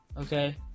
okay